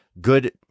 good